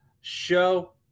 Show